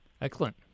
Excellent